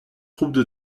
troupes